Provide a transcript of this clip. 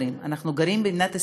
אנחנו גרים במדינת ישראל,